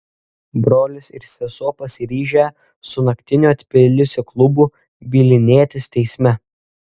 brolis ir sesuo pasiryžę su naktinio tbilisio klubu bylinėtis teisme